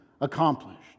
accomplished